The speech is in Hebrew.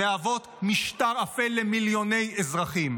מהוות משטר אפל למיליוני אזרחים.